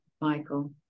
Michael